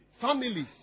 Families